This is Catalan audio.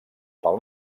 pel